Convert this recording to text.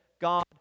God